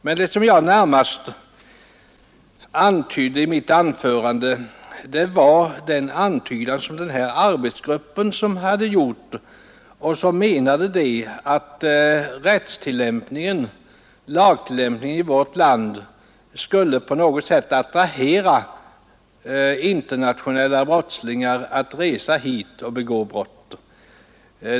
Men det som jag närmast framhöll i mitt anförande var den antydan som hade gjorts av en arbetsgrupp om att lagtillämpningen i vårt land på något sätt skulle attrahera internationella brottslingar att resa hit och begå brott.